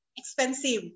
Expensive